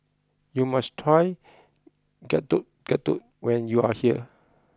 you must try Getuk Getuk when you are here